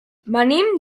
venim